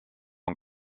ont